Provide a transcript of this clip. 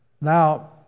Now